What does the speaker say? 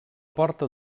porta